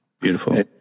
Beautiful